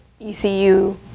ECU